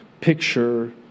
picture